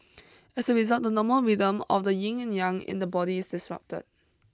as a result the normal rhythm of the yin and yang in the body is disrupted